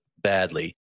badly